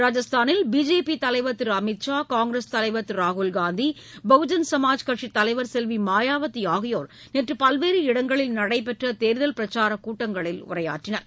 ராஜஸ்தாளில் BJP தலைவர் திரு அமித்ஷா காங்கிரஸ் தலைவர் திரு ராகுல்காந்தி பகுஜன் சுமாஜ் கட்சித் தலைவர் செல்வி மாயாவதி ஆகியோர் நேற்று பல்வேறு இடங்களில் நடைபெற்ற தேர்தல் பிரச்சாரக் கூட்டங்களில் உரையாற்றினர்